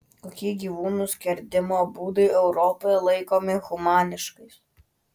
kokie gyvūnų skerdimo būdai europoje laikomi humaniškais